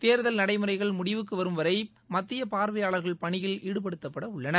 தேர்தல் நடைமுறைகள் முடிவுக்கு வரும்வரை மத்திய பார்வையாளர்கள் பணியில் ஈடுபடுத்தப்பட உள்ளனர்